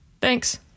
Thanks